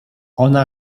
ona